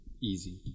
easy